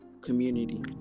community